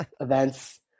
events